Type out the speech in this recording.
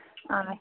آ